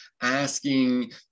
asking